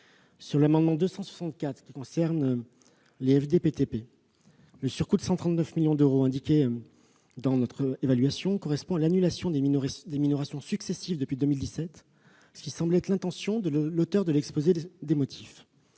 Pour l'amendement n° I-264, qui concerne les FDPTP, le surcoût de 139 millions d'euros indiqué dans notre évaluation correspond à l'annulation des minorations successives depuis 2017, ce qui semble être l'intention de l'auteur de l'exposé des motifs.